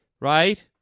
Right